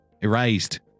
erased